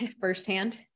Firsthand